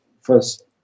first